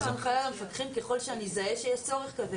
אני אוציא את ההנחיה למפקחים ככל שאני אזהה שיש צורך כזה,